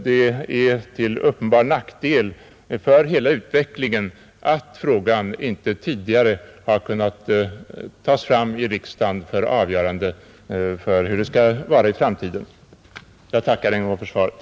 Det är till uppenbar nackdel för hela utvecklingen att frågan inte tidigare har kunnat tas upp i riksdagen för avgörande av hur det skall vara i framtiden. Jag tackar ännu en gång för svaret.